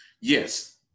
Yes